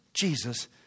Jesus